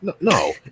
no